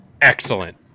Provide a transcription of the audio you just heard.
excellent